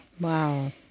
Wow